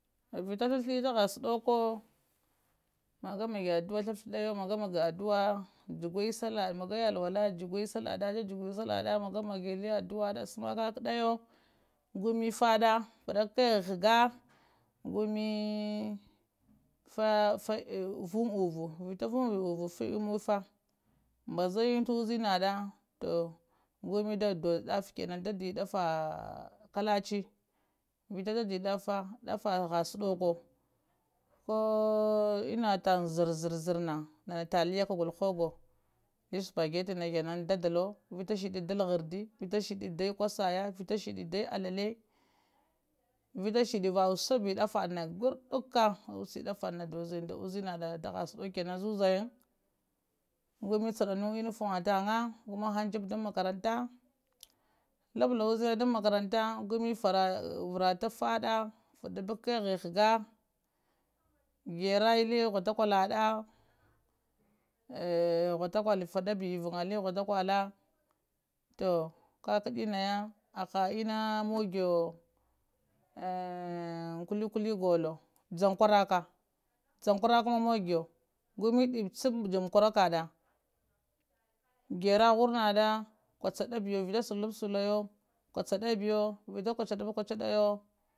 Vita thafthi tahasudoko magamagi addua thafthiyo magay alwala jugugi sallah da jajugi sallah da magamagi li addu'a, aɗan sama kakaɗiyowo gumi fadda fadab faɗi ghagga gumi vunn uvit vita vunvi vuvi fai emmuffa mba zani ta uzina toh gummi daddado ta daffa kenan gunmi doddo daffa kallchi vita daddi daffa, daffa ghasudokon koh ennatan zarzarna talliya kagolowo howogowo li supergeti kenam daddalowo vita shiɗɗi daiy ta gharddi vita shiddi ɗaiy ta kushaya vita shiddi alale vita shiddi vah waspbi ɗaffada gurɗɗakah wapwashi ta ɗaffana ɗoh zangiyi nda uzinaɗa taha suddoko kenan zuzanyi gummi chukumu uniforma tanhan gu mahang jibbe ɗan makaranta laɓla uzinaha ɗan makaranta gummi fara varata fadda taɗadap keghi hagga gerayi talli ghattakuala ɗa ghattaɗul faɗaɓi ta evanga ghattakula toh kakadi naya hah enna moggiyo kulikuwo golowo jannkuarakwa, jankuarakowo moggiyo gummi bicabb jankwarakwa da gerra warradaɗa kwadadab biya vo vita sulasuliyowo kuacadabiyowo vita kuacadab kuacadayowo